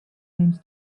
names